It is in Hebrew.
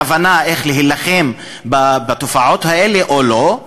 הכוונה איך להילחם בתופעות האלה, או לא?